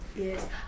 Yes